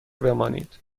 بمانید